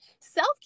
self